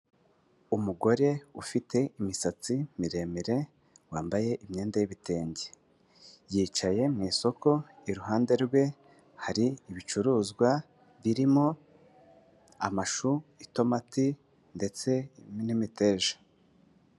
Umugore ufite imisatsi miremire wambaye imyenda y'ibitenge, yicaye mu isoko iruhande rwe hari ibicuruzwa birimo amashu, itomati ndetse n'imiteja.